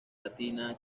latina